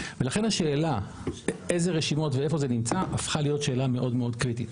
לכן השאלה איזה רשימות ואיפה זה נמצא הפכה להיות שאלה מאוד מאוד קריטית